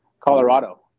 Colorado